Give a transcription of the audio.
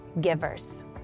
givers